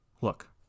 Look